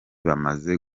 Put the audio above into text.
bamaze